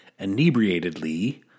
inebriatedly